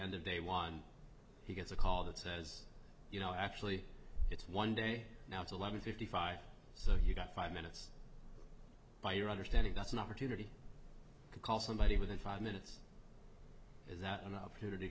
end of day one he gets a call that says you know actually it's one day now it's eleven fifty five so you've got five minutes by your understanding that's an opportunity to call somebody within five minutes is that